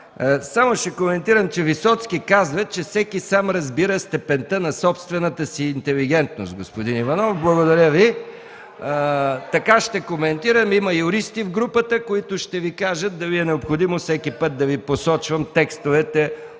Само ще коментирам, че Висоцки казва, че всеки сам разбира степента на собствената си интелигентност, господин Иванов. Благодаря Ви. (Весело оживление.) Така ще коментирам – има юристи в групата, които ще Ви кажат дали е необходимо всеки път да Ви посочвам текстовете